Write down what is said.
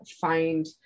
find